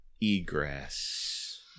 egress